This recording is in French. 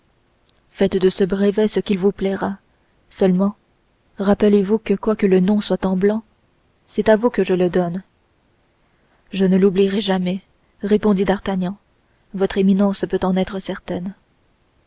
faites de ce brevet ce qu'il vous plaira seulement rappelez-vous que quoique le nom soit en blanc c'est à vous que je le donne je ne l'oublierai jamais répondit d'artagnan votre éminence peut en être certaine